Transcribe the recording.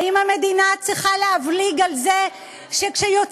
האם המדינה צריכה להבליג על זה שכשיוצאים